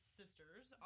sisters